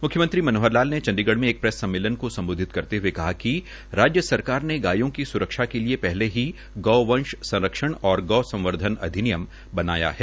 मुख्यमंत्री मनोहर लाल ने चंडीगढ में एक प्रेस सम्मेलन को संबोधित करते हए कहा कि राज्य सरकार ने गायों की सुरक्षा के लिए पहले ही गौवंश संरक्षण और गौ संवर्धन अधिनियम बनाया है